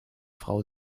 frau